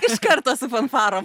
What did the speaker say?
iš karto su fanfarom